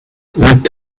light